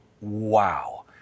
wow